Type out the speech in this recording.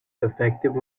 defective